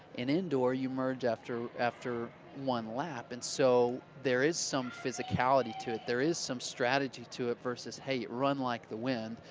and indoor you merge after after one lap, and so there is some physicality to it, there is some strategy to it, versus, hey, run like the win,